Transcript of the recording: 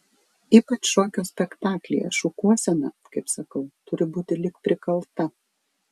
ypač šokio spektaklyje šukuosena kaip sakau turi būti lyg prikalta